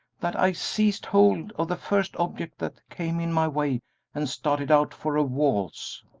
that i seized hold of the first object that came in my way and started out for a waltz?